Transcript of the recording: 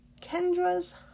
Kendra's